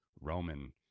Roman